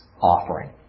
offering